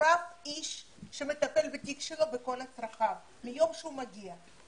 צורף איש שמטפל בתיק שלו ובכל צרכיו מיום שהוא מגיע.